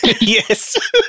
Yes